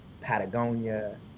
Patagonia